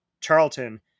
Charlton